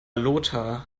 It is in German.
lothar